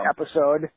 episode